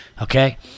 Okay